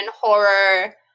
horror